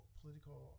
political